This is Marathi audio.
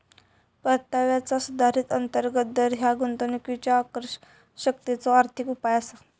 परताव्याचा सुधारित अंतर्गत दर ह्या गुंतवणुकीच्यो आकर्षकतेचो आर्थिक उपाय असा